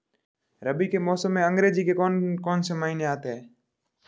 रबी के मौसम में अंग्रेज़ी के कौन कौनसे महीने आते हैं?